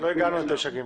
הגענו לשם.